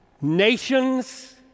nations